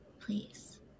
please